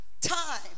Time